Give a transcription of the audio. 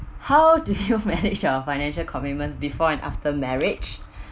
how do you manage your financial commitments before and after marriage